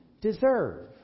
deserve